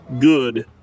good